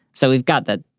so we've got that.